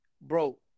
Bro